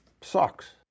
sucks